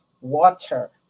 Water